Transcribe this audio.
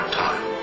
time